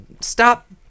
stop